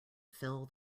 fill